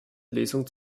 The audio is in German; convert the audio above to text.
lesung